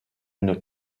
une